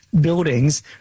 buildings